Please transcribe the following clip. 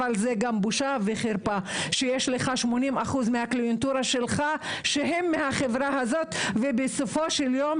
זו גם בושה וחרפה שיש לכם כ-80% קליינטורה מהחברה הזו ובסופו של יום